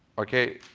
okay.